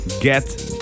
get